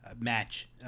match